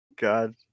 God